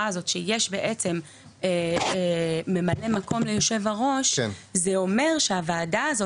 הזאת שיש בעצם ממלא מקום ליושב הראש זה אומר שהוועדה הזאת,